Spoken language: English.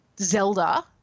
Zelda